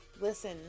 Listen